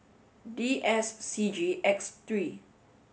D S C G X three